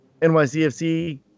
nycfc